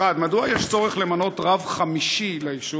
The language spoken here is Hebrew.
1. מדוע יש צורך למנות רב חמישי ליישוב?